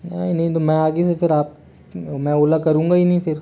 नहीं तो मैं आगे से फिर आप मैं ओला करूंगा ही नहीं फिर